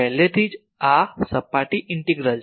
પહેલેથી જ આ સપાટી ઇન્ટીગ્રલ છે